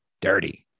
dirty